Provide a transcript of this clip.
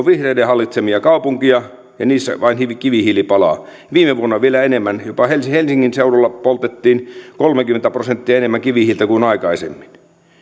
vihreiden hallitsemia kaupunkeja ja niissä vain kivihiili palaa viime vuonna vielä enemmän jopa helsingin seudulla poltettiin kolmekymmentä prosenttia enemmän kivihiiltä kuin aikaisemmin